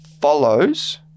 follows